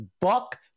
buck